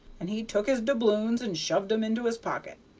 and he took his doubloons and shoved em into his pocket.